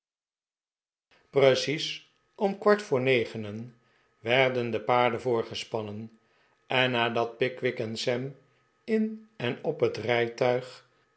precies om kwart voor negenen werden de paarden voorgespannen en nadat pickwick en sam in en op het rijtuig